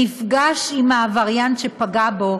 נפגש עם העבריין שפגע בו,